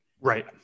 Right